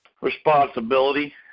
responsibility